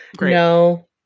no